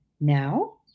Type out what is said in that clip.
Now